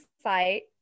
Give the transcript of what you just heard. site